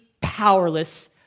powerless